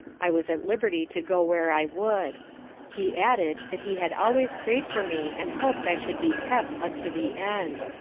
i was at liberty to go where i would he added that he had always pray'd for me and hop'd i should be kept unto the end.